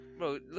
Bro